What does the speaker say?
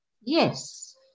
Yes